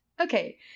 Okay